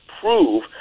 prove